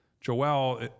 Joel